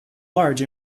large